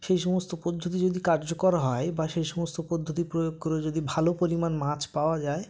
সেই সমস্ত পদ্ধতি যদি কার্যকর হয় বা সেই সমস্ত পদ্ধতি প্রয়োগ করে যদি ভালো পরিমাণ মাছ পাওয়া যায়